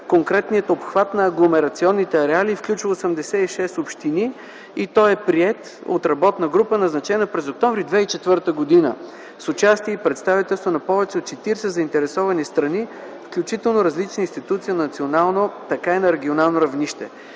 конкретният обхват на агломерационните ареали включва 86 общини и той е приет от работна група, назначена през м. октомври 2004 г. с участие и представителство на повече от 40 заинтересовани страни, включително различни институции на национално и на регионално равнище.